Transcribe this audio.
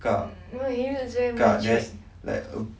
kak kak there's like a